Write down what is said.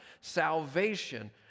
salvation